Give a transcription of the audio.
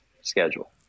schedule